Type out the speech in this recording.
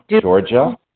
Georgia